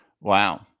Wow